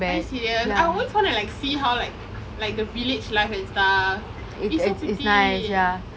are you serious I always want to like see how like like the village life and stuff it's so pretty